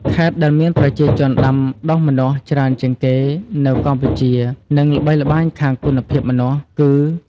ខេត្តដែលមានប្រជាជនដាំដុះម្នាស់ច្រើនជាងគេនៅកម្ពុជា និងល្បីល្បាញខាងគុណភាពម្នាស់ គឺ៖